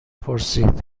پرسید